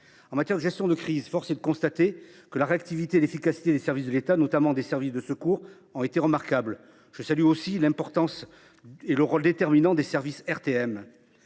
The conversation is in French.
En matière de gestion de crise, force est de constater que la réactivité et l’efficacité des services de l’État, notamment des services de secours, ont été remarquables. Je souligne aussi l’importance et le rôle déterminant des services de